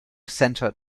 centre